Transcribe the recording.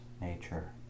nature